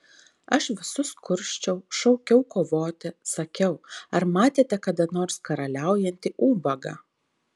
aš visus kursčiau šaukiau kovoti sakiau ar matėte kada nors karaliaujantį ubagą